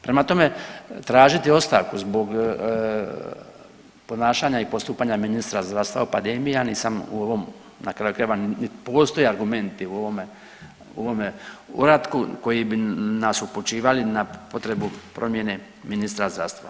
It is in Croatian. Prema tome, tražiti ostavku zbog ponašanja i postupanja ministra zdravstva u pandemiji, ja nisam u ovom na kraju krajeva niti postoje argumenti u ovome uratku koji bi nas upućivali na potrebu promjene ministra zdravstva.